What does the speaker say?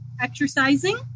exercising